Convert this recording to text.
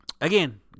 again